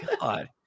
God